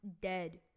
dead